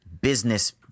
business